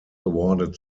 awarded